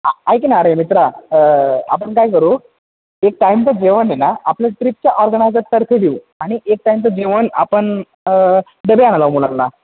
ऐक ना अरे मित्रा आपण काय करू एक टाईमचं जेवण आहे ना आपल्या ट्रिपचं ऑर्गनायझरतर्फे देऊ आणि एक टाईमचं जेवण आपण डबे आणायला लावू मुलांना